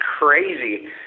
crazy